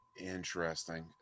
Interesting